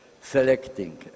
selecting